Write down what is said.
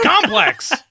complex